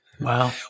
Wow